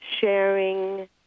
sharing